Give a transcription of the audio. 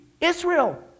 Israel